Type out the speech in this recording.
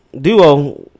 duo